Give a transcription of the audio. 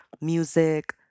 music